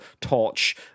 Torch